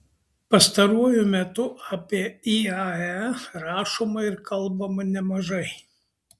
pastaruoju metu apie iae rašoma ir kalbama nemažai